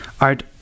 art